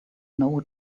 know